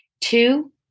Two